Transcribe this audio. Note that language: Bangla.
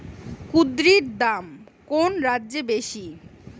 কুঁদরীর দাম কোন রাজ্যে বেশি?